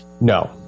No